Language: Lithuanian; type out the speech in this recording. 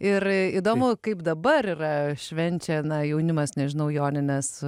ir įdomu kaip dabar yra švenčia na jaunimas nežinau jonines